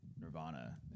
Nirvana